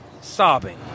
sobbing